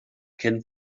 cyn